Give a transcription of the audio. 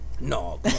No